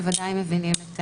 בוודאי מבינים את